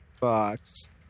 box